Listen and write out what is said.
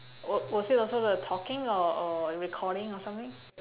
wa~ was it also the talking or or recording or something